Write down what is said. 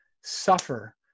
suffer